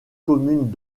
communes